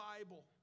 Bible